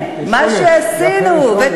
לכן, מה שעשינו, יש עונש, לכן יש עונש.